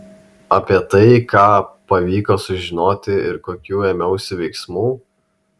apie tai ką pavyko sužinoti ir kokių ėmiausi veiksmų